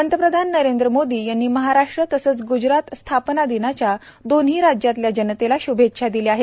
पंतप्रधान नरेंद्र मोदी यांनी महाराष्ट्र तसंच ग्जरात स्थापना दिनाच्या दोन्ही राज्यातल्या जनतेला श्भेच्छा दिल्या आहेत